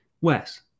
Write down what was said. Wes